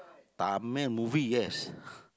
Tamil movie yes